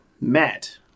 Matt